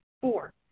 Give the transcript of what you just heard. Four